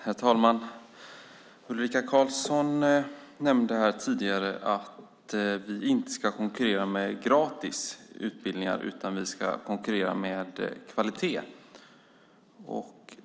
Herr talman! Ulrika Carlsson nämnde tidigare att vi inte ska konkurrera med gratis utbildningar utan med kvalitet.